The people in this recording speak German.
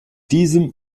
diesem